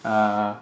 uh